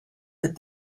that